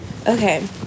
Okay